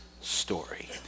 Story